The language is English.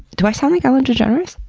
do i sound like ellen degeneres?